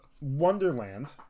Wonderland